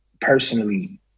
personally